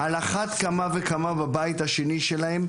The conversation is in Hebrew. על אחת כמה וכמה בבית השני שלהם,